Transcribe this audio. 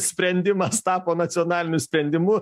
sprendimas tapo nacionaliniu sprendimu